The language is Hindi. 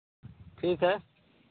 ठीक है